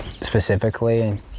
specifically